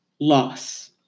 loss